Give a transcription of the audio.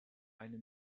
eine